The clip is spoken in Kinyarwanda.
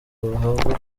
bahabwa